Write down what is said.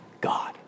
God